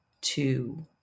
two